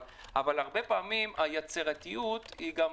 אבל הרבה פעמים היצירתיות היא גם